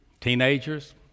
Teenagers